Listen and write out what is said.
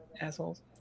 assholes